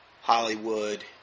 Hollywood